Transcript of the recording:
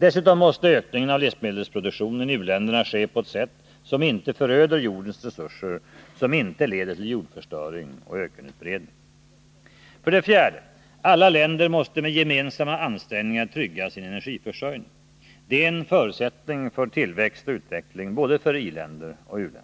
Dessutom måste ökningen av livsmedelsproduktionen i u-länderna ske på ett sätt som inte föröder jordens resurser, som inte leder till jordförstöring och ökenutbredning. För det fjärde: Alla länder måste med gemensamma ansträngningar trygga sin energiförsörjning. Det är en förutsättning för tillväxt och utveckling, både för i-länder och för u-länder.